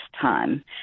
time